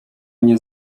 nie